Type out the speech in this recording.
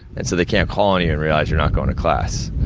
and so they can't call on you, and realize you're not going to class.